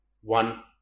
one